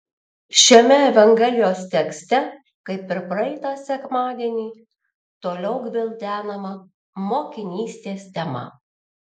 šiame evangelijos tekste kaip ir praeitą sekmadienį toliau gvildenama mokinystės tema